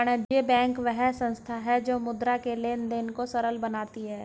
वाणिज्य बैंक वह संस्था है जो मुद्रा के लेंन देंन को सरल बनाती है